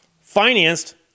financed